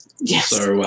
Yes